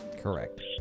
Correct